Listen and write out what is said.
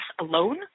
alone